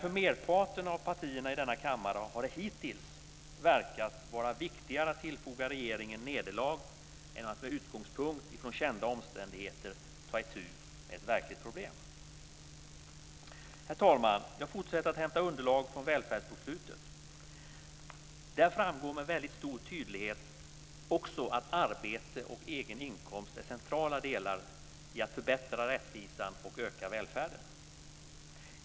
För merparten av partierna i denna kammare har det hittills verkat vara viktigare att tillfoga regeringen nederlag än att med utgångspunkt från kända omständigheter ta itu med ett verkligt problem. Herr talman! Jag fortsätter att hämta underlag från Välfärdsbokslutet. Där framgår med väldigt stor tydlighet också att arbete och egen inkomst är centrala delar i att förbättra rättvisan och öka välfärden.